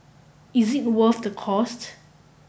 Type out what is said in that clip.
is it worth the cost